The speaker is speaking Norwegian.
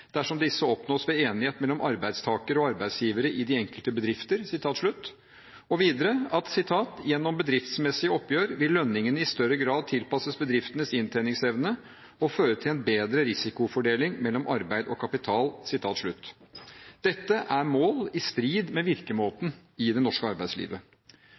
dersom disse oppnås ved enighet mellom arbeidstakerne og arbeidsgiverne i de enkelte bedrifter.» Og videre: «Gjennom bedriftsmessige oppgjør vil lønningene i større grad tilpasses bedriftenes inntjeningsevne og føre til en bedre risikofordeling mellom arbeid og kapital.» Dette er mål i strid med virkemåten i det norske arbeidslivet.